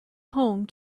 home